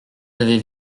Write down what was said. avaient